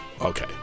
Okay